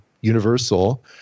universal